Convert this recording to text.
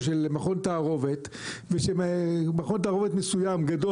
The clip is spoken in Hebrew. של מכון תערובת ושמכון תערובת מסוים גדול,